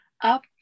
up